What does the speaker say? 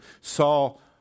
Saul